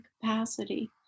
capacity